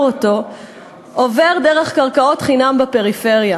את הבעיה באמצעותו עובר דרך קרקעות חינם בפריפריה.